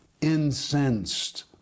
incensed